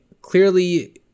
clearly